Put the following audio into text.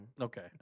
Okay